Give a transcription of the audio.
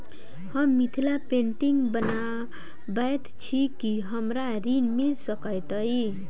हम मिथिला पेंटिग बनाबैत छी की हमरा ऋण मिल सकैत अई?